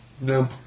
No